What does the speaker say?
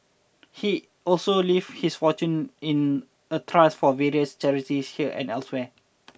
he also leave his fortune in a trust for various charities here and elsewhere